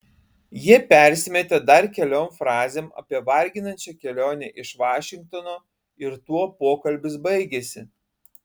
jie persimetė dar keliom frazėm apie varginančią kelionę iš vašingtono ir tuo pokalbis baigėsi